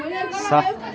سَتھ